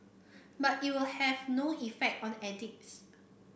but it will have no effect on the addicts